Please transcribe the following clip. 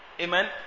Amen